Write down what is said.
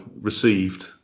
received